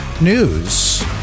news